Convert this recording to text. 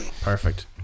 Perfect